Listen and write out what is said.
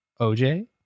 OJ